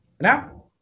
Now